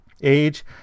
Age